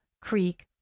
Creek